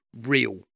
real